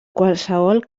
qualsevol